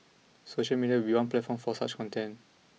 social media would be one platform for such content